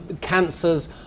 cancers